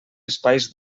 espais